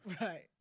Right